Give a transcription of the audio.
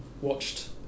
watched